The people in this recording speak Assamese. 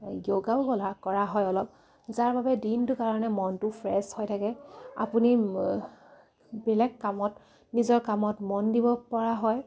য়োগাও কৰা হয় অলপ যাৰ বাবে দিনটোৰ কাৰণে মনটো ফ্ৰেছ হৈ থাকে আপুনি বেলেগ কামত নিজৰ কামত মন দিব পৰা হয়